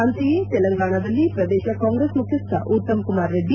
ಅಂತೆಯೇ ತೆಲಂಗಾಣದಲ್ಲಿ ಪ್ರದೇಶ ಕಾಂಗ್ರೆಸ್ ಮುಖ್ಚಿಸ್ಟ ಉತ್ತಮ್ ಕುಮಾರ್ ರೆಡ್ಡಿ